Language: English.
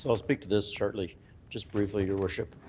so i'll speak to this shortly, just briefly, your worship.